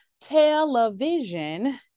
television